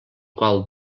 qual